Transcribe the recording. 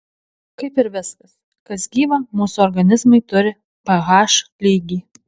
kaip ir viskas kas gyva mūsų organizmai turi ph lygį